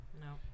No